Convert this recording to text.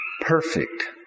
perfect